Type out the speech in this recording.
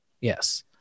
yes